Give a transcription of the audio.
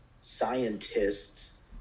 scientists